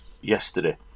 yesterday